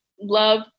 love